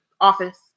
office